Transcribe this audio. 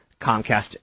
Comcast